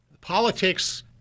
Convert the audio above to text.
politics